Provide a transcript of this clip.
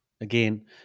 again